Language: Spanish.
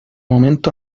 momento